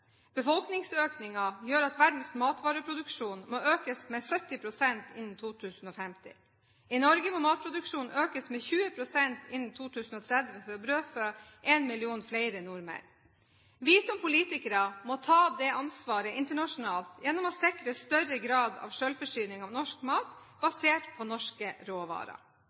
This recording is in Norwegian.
Befolkningsøkningen gjør at verdens matvareproduksjon må økes med 70 pst. innen 2050. I Norge må matproduksjonen økes med 20 pst. innen 2030 for å brødfø en million flere nordmenn. Vi som politikere må ta det ansvaret internasjonalt gjennom å sikre større grad av selvforsyning av norsk mat basert på norske råvarer.